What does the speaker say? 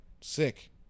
sick